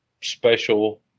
special